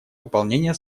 выполнения